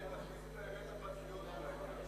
יישר כוח.